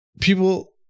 people